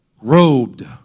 robed